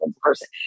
person